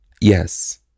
Yes